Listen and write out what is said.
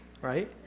right